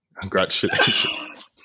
Congratulations